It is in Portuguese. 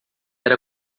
era